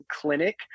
clinic